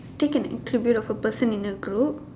take an interview of a person in a group